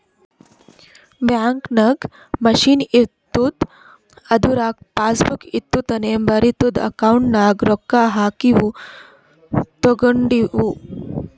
bank ನಾಗ್ machine ಇರ್ತುದ್ ಅದುರಾಗ್ ಪಾಸಬುಕ್ ಇಟ್ಟುರ್ ತಾನೇ ಬರಿತುದ್ ಅಕೌಂಟ್ ನಾಗ್ ರೊಕ್ಕಾ ಹಾಕಿವು ತೇಕೊಂಡಿವು